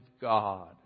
God